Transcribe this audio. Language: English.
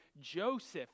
Joseph